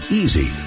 easy